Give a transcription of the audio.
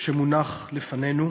שמונח לפנינו,